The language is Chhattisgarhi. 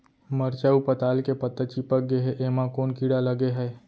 मरचा अऊ पताल के पत्ता चिपक गे हे, एमा कोन कीड़ा लगे है?